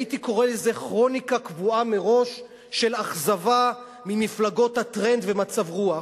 הייתי קורא לזה כרוניקה קבועה מראש של אכזבה ממפלגות הטרנד ומצב רוח,